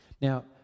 Now